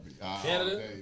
Canada